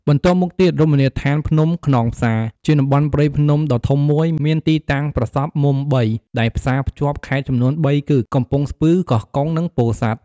បន្ទាប់មកទៀតរមណីយដ្ឋានភ្នំខ្នងផ្សារ ជាតំបន់ព្រៃភ្នំដ៏ធំមួយ មានទីតាំងប្រសព្វមុំបីដែលផ្សាភ្ជាប់ខេត្តចំនួនបីគឺ កំពង់ស្ពឺ កោះកុង និងពោធិ៍សាត់។